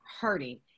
hurting